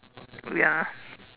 ya